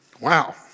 Wow